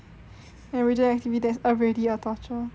everyday activity that is already a torture